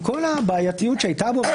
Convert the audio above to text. עם כל הבעייתיות שהייתה בו,